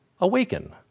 awaken